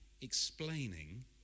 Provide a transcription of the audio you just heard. explaining